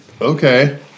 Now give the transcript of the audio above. okay